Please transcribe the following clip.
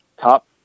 top